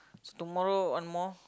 is tomorrow one more